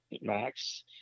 max